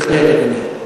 בהחלט, אדוני.